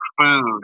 food